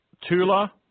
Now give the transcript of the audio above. Tula